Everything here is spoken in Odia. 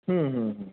ହୁଁ ହୁଁ ହୁଁ